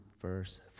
verse